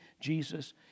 Jesus